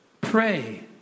pray